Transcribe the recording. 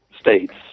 states